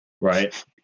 right